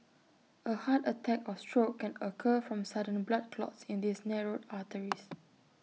A heart attack or stroke can occur from sudden blood clots in these narrowed arteries